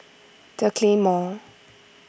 the Claymore